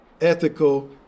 ethical